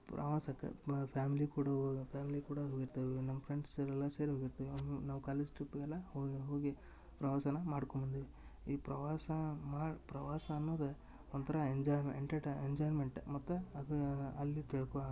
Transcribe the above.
ಪ್ರವಾಸಕ್ಕೆ ಫ್ಯಾಮ್ಲಿ ಕೂಡ ಹೋಗದ ಫ್ಯಾಮ್ಲಿ ಕೂಡ ಹೋಗಿರ್ತೇವಿ ನಮ್ಮ ಫ್ರೆಂಡ್ಸರೆಲ್ಲ ಸೇರಿ ಹೋಗಿರ್ತೀವಿ ಒಮ್ಮೊಮ್ಮೆ ನಾವು ಕಾಲೇಜ್ ಟ್ರಿಪ್ಪಿಗೆಲ್ಲ ಹೋಗ ಹೋಗಿ ಪ್ರವಾಸನ ಮಾಡ್ಕೊಂಡ್ವಿ ಈ ಪ್ರವಾಸ ಮಾಡಿ ಪ್ರವಾಸನು ಅನ್ನುದ ಒಂರಥ ಎಂಜಾಯ್ ಎಂಟರ್ಟೈ ಎಂಜಾಯ್ಮೆಂಟ್ ಮತ್ತು ಅದಾ ಅಲ್ಲಿ ತಿಳ್ಕೋ